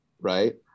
right